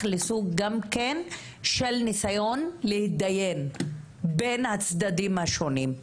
לסוג של ניסיון להתדיין בין הצדדים השונים.